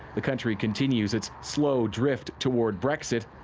the country continues its slow drift toward brexit.